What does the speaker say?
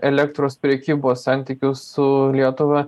elektros prekybos santykius su lietuva